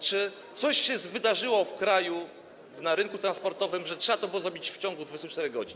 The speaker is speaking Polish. Czy coś się wydarzyło w kraju na rynku transportowym, że trzeba to było zrobić w ciągu 24 godzin?